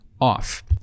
off